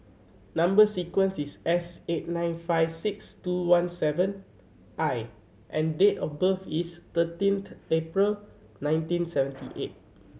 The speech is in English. number sequence is S eight nine five six two one seven I and date of birth is thirteenth April nineteen seventy eight